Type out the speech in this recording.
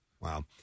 Wow